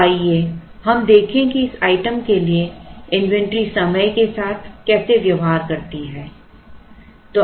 तो आइए हम देखें कि इस आइटम के लिए इन्वेंट्री समय के साथ कैसे व्यवहार करती है